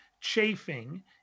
chafing